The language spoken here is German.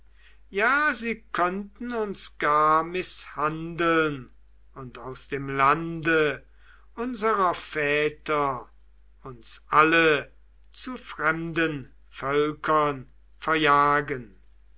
ja sie könnten uns gar mißhandeln und aus dem lande unserer väter uns alle zu fremden völkern verjagen